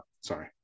sorry